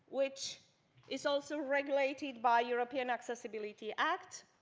which is also regulated by europe yeah and accessibility act,